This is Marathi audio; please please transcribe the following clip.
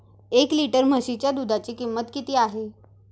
एक लिटर म्हशीच्या दुधाची किंमत किती आहे?